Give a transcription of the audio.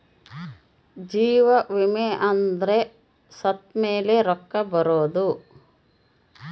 ಜೀವ ವಿಮೆ ಅಂದ್ರ ಸತ್ತ್ಮೆಲೆ ರೊಕ್ಕ ಬರೋದು